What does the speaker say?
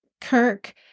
Kirk